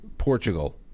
Portugal